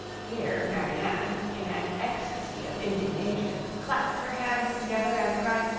here marianne, in an ecstasy of indignation, clapped her hands together, and cried,